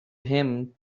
him